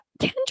Kendra